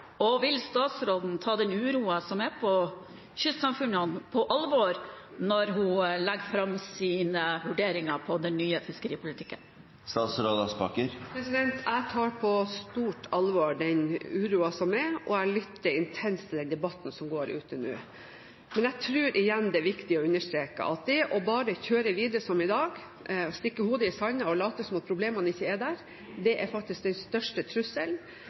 og vil statsråden ta den uroen som er i kystsamfunnene, på alvor når hun legger fram sine vurderinger for den nye fiskeripolitikken? Jeg tar på stort alvor den uroen som er, og jeg lytter intenst til den debatten som går der ute nå. Men jeg tror det er viktig igjen å understreke at det å bare kjøre videre som i dag og stikke hodet i sanden og late som om problemene ikke er der, faktisk er den største trusselen